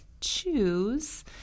choose